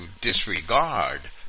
disregard